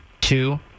two